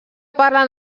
parlen